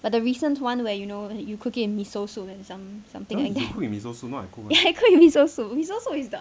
but the recent one where you know that you cooked it in soup and some something like that ya I cook with soup soup is the